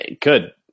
good